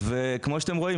וכמו שאתם רואים,